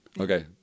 Okay